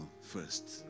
first